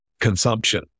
consumption